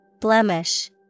Blemish